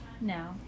No